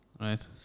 Right